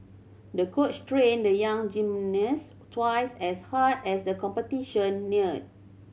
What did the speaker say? the coach trained the young gymnast twice as hard as the competition neared